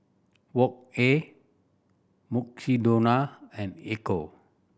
Wok Hey Mukshidonna and Ecco